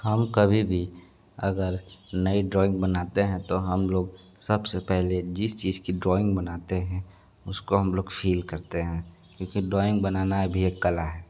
हम कभी भी अगर नई ड्राइंग बनाते हैं तो हम लोग सबसे पहले जिस चीज की ड्राइंग बनाते हैं उसको हम लोग फील करते हैं क्योंकि ड्राइंग बनाना भी एक कला है